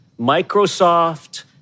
Microsoft